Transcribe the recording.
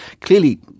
clearly